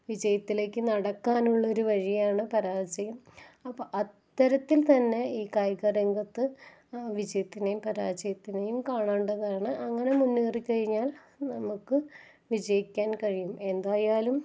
വിജയത്തിലേക്ക് നടക്കാനുള്ള ഒരു വഴിയാണ് പരാജയം അപ്പോൾ അത്തരത്തിൽ തന്നെ ഈ കായിക രംഗത്ത് വിജയത്തിനേയും പരാജയത്തിനെയും കാണേണ്ടതാണ് അങ്ങനെ മുന്നേറിക്കഴിഞ്ഞാൽ നമുക്ക് വിജയിക്കാൻകഴിയും എന്തായാലും